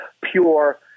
pure